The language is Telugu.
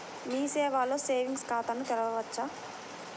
మీ సేవలో సేవింగ్స్ ఖాతాను తెరవవచ్చా?